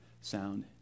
sound